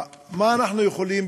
מה אנחנו יכולים,